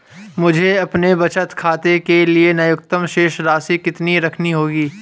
मुझे अपने बचत खाते के लिए न्यूनतम शेष राशि कितनी रखनी होगी?